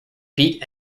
pete